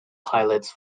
pilots